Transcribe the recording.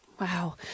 Wow